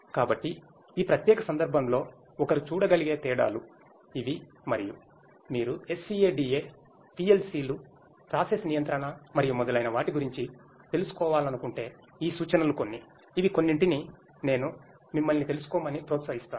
కాబట్టి ఈ ప్రత్యేక సందర్భంలో ఒకరు చూడగలిగే తేడాలు ఇవి మరియు మీరు SCADA PLC లు ప్రాసెస్ నియంత్రణ మరియు మొదలైన వాటి గురించి తెలుసుకోవాలనుకుంటే ఈ సూచనలు కొన్నిఇవి కొన్నింటిని నేను మిమ్మల్ని తెలుసు కోమని ప్రోత్సహిస్తాను